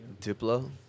Diplo